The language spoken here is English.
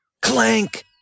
Clank